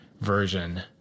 version